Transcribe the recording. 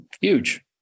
Huge